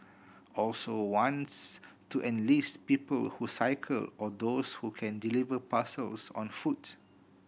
also wants to enlist people who cycle or those who can deliver parcels on foot